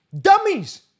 Dummies